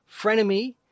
Frenemy